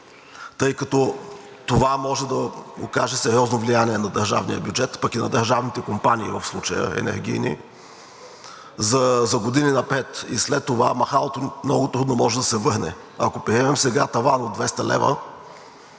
тъй като това може да окаже сериозно влияние на държавния бюджет, пък и на държавните компании в случая – енергийни, за години напред. И след това махалото много трудно може да се върне, ако приемем сега таван от 200 лв.,